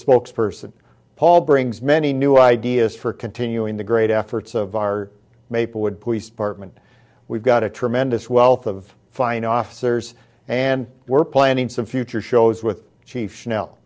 spokesperson paul brings many new ideas for continuing the great efforts of our maplewood police department we've got a tremendous wealth of fine officers and we're planning some future shows with chief now